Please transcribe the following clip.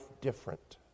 different